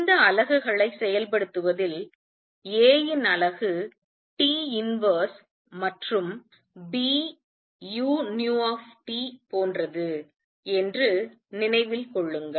இந்த அலகுகளை செயல்படுத்துவதில் A இன் அலகு T தலைகீழ் மற்றும் Bu போன்றது என்று நினைவில் கொள்ளுங்கள்